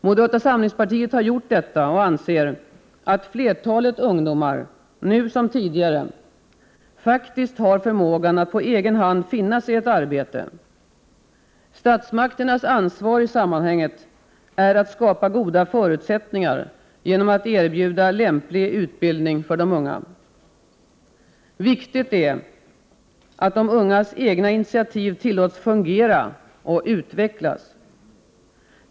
Moderata samlingspartiet har gjort detta och anser att flertalet ungdomar — nu som tidigare — faktiskt har förmågan att på egen hand finna ett arbete. Statsmakternas ansvar i sammanhanget är att skapa goda förutsättningar genom att erbjuda lämplig utbildning för de unga. Viktigt är att de ungas egna initiativ tillåts fungera och utvecklas.